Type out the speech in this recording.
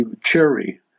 Cherry